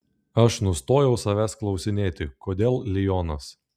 aš nustojau savęs klausinėti kodėl lionas